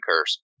curse